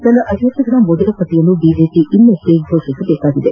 ತನ್ನ ಅಭ್ಯರ್ಥಿಗಳ ಮೊದಲ ಪಟ್ಟಿಯನ್ನು ಬಿಜೆಪಿ ಇನ್ನಷ್ಟೇ ಘೋಷಣೆ ಮಾಡಬೇಕಿದೆ